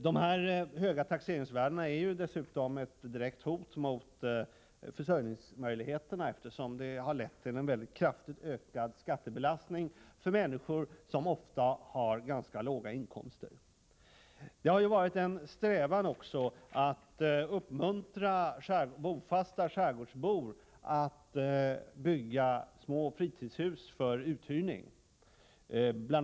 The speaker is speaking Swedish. De höga taxeringsvärdena är dessutom ett direkt hot mot försörjningsmöjligheterna, eftersom de har lett till en kraftigt ökad skattebelastning för människor som ofta har ganska låga inkomster. Det har ju också varit en strävan att uppmuntra bofasta skärgårdsbor att bygga små fritidshus för uthyrning. Bl.